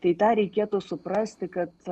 tai tą reikėtų suprasti kad